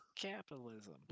Capitalism